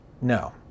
No